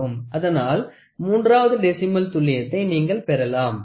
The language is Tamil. அதனால் மூன்றாவது டெசிமல் துல்லியத்தை நீங்கள் பெறலாம்